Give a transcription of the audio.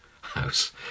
house